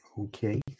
Okay